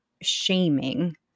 shaming